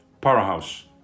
Powerhouse